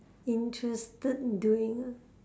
interested doing ah